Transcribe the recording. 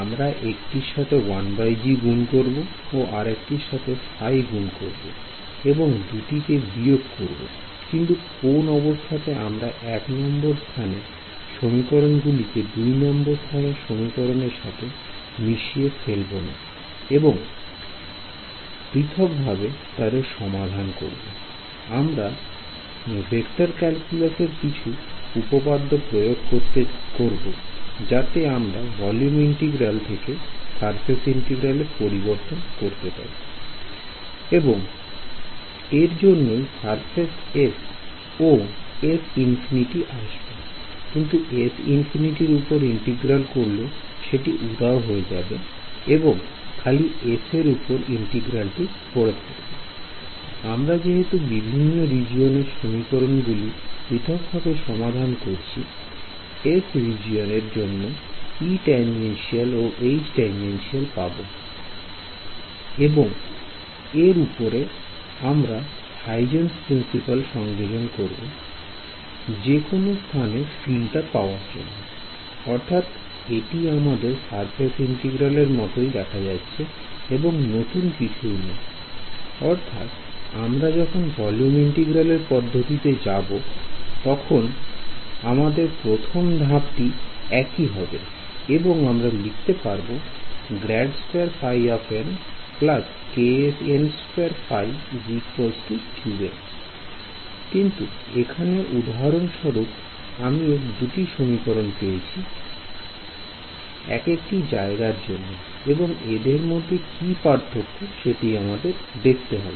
আমরা একটি সাথে 1g গুন করব ও আরেকটি সাথে ϕ গুন করব এবং দুটি কে বিয়োগ করবো কিন্তু কোন অবস্থাতে আমরা 1 নম্বর স্থানে সমীকরণ গুলিকে দুই নম্বর স্থানের সমীকরণের সাথে মিশিয়ে ফেলুন এবং পৃথকভাবে তাদের সমাধান করব আমরা ভেক্টর ক্যালকুলাস এর কিছু উপপাদ্য প্রয়োগ করব যাতে আমরা ভলিউম ইন্টিগ্রাল থেকে সারফেস ইন্টিগ্রাল এ পরিবর্তন করতে পারি I এবং এর জন্যই সারফেস S ও S ইনফিনিটি আসবে I কিন্তু S ইনফিনিটি উপর ইন্টিগ্রাল করলে সেটি উধাও হয়ে যাবে এবং খালি S এর উপর ইন্টিগ্রাল টি পড়ে থাকবে I আমরা যেহেতু বিভিন্ন রিজিওনের সমীকরণ গুলি পৃথকভাবে সমাধান করেছি আমরা S রিজিওন এর জন্য E তানজিনশিয়াল ও H তানজিনশিয়াল পাব এবং এর উপরে আমরা হাইজেন্স প্রিন্সিপাল সংযোজন করব যেকোনো স্থানে ফিল্ড টা পাওয়ার জন্য I অর্থাৎ এটি আমাদের সারফেস ইন্টিগ্রাল এর মতই দেখা যাচ্ছে এবং নতুন কিছুই নয় I অর্থাৎ আমরা যখন ভলিয়ম ইন্টিগ্রাল এর পদ্ধতিতে যাব তখন তাদের প্রথম ধাপ টি একই হবে এবং আমরা লিখতে পারবো কিন্তু এখানে উদাহরণস্বরূপ আমি দুটি সমীকরণ পেয়েছি এক একটি জায়গার জন্য I এবং এদের মধ্যে কি পার্থক্য সেটি আমায় দেখতে হবে